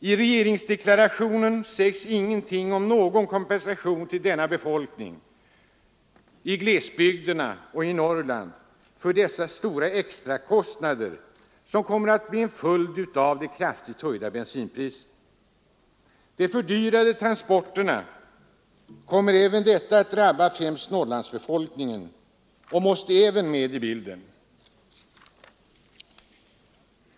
I regeringsdeklarationen sägs ingenting om någon kompensation till denna befolkning i glesbygderna och i Norrland för dessa stora extrakostnader som kommer att bli en följd av det kraftigt höjda bensinpriset. De fördyrade transporterna kommer även att drabba främst Norrlandsbefolkningen och måste med i bilden.